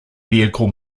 vehicle